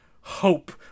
hope